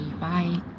Bye